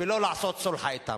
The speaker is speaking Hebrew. ולא לעשות "סולחה" אתם.